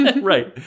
Right